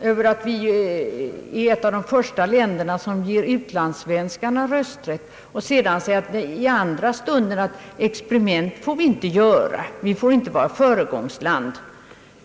över att vi som första land ger rösträtt till medborgare som är bosatta utomlands och i nästa ögonblick säga att vi inte bör göra experiment som i andra avseenden kan medföra att Sverige blir ett föregångsland.